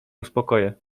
uspokoję